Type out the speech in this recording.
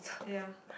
ya